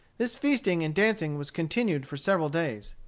this feasting and dancing was continued for several days.